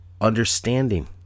understanding